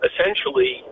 Essentially